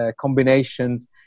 combinations